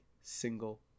Single